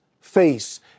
face